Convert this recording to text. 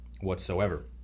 whatsoever